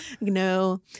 no